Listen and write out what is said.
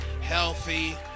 healthy